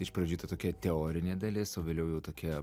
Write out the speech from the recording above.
iš pradžių ta tokia teorinė dalis o vėliau jau tokia